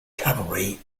cavalry